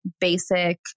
basic